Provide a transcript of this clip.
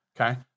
Okay